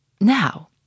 Now